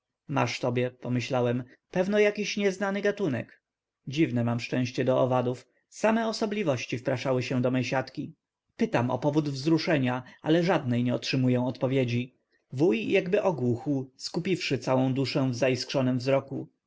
masz tobie pomyślałem pewno jakiś nieznany gatunek dziwne mam szczęście do owadów same osobliwości wpraszały się do mej siatki pytam o powód wzruszenia ale żadnej nie otrzymuję odpowiedzi wuj jakby ogłuchł skupiwszy całą duszę w zaiskrzonym